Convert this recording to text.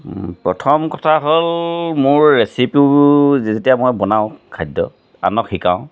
প্ৰথম কথা হ'ল মোৰ ৰেচিপিবোৰ যেতিয়া মই বনাওঁ খাদ্য আনক শিকাওঁ